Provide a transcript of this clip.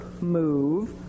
move